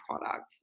product